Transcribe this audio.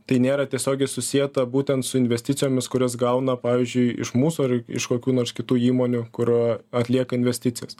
tai nėra tiesiogiai susieta būtent su investicijomis kurias gauna pavyzdžiui iš mūsų ar iš kokių nors kitų įmonių kur atlieka investicijas